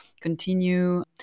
continue –